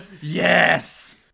Yes